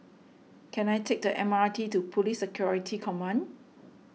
can I take the M R T to Police Security Command